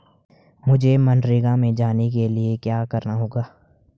मुझे मनरेगा में जाने के लिए क्या करना होगा?